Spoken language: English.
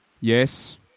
Yes